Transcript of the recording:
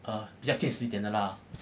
just 现实一点的啦